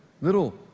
Little